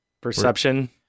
perception